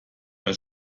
bei